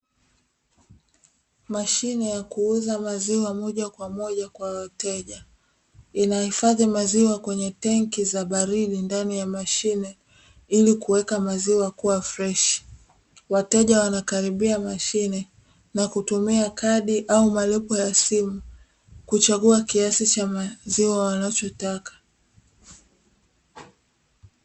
Mashine ya kuuza maziwa moja kwa moja kwa wateja, inahifadhi maziwa kwenye tenki za baridi ndani ya mashine ili kuweka maziwa kuwa freshi. Wateja wanakaribia mashine na kutumia kadi au malipo ya simu kuchagua kiasi cha maziwa wanaochotaka.